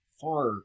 far